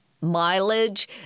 mileage